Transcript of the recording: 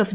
F